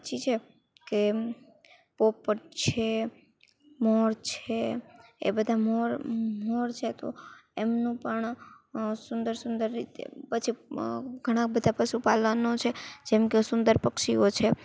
પછી છે કે પોપટ છે મોર છે એ બધા મોર છે તો એમનું પણ સુંદર સુંદર રીતે પછી ઘણાં બધાં પશુપાલનનો છે જેમ કે સુંદર પક્ષીઓ છે